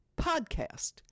PODCAST